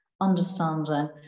understanding